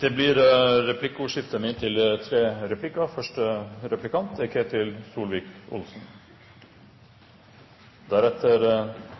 Det blir replikkordskifte. Jeg konstaterer at statsråden ikke tilbakeviser anklagepunktene fra opposisjonen. Det å hevde at prosjektet er